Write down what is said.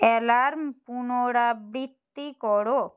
alarm পুনরাবৃত্তি করো